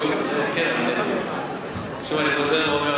אני חוזר ואומר,